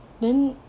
then